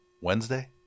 Wednesday